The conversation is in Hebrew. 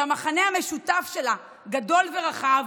שהמכנה המשותף שלה גדול ורחב,